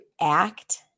act